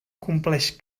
compleix